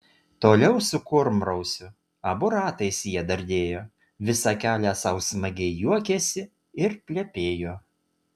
toliau su kurmrausiu abu ratais jie dardėjo visą kelią sau smagiai juokėsi ir plepėjo